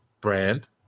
brand